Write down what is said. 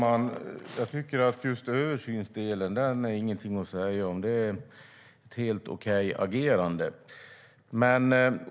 Fru talman! Jag säger inget om översynen; det är ett helt okej agerande.